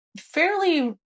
Fairly